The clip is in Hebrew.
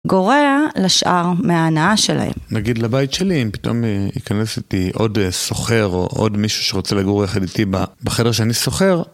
גורע לשאר מההנאה שלהם. נגיד לבית שלי, אם פתאום יכנס אותי עוד שוכר, או עוד מישהו שרוצה לגור יחד איתי בחדר שאני שוכר,